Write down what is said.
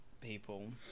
people